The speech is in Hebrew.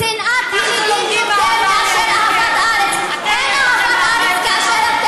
אנחנו לומדים אהבה מכם.